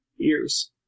Ears